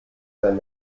sein